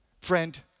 Friend